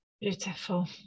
beautiful